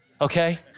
Okay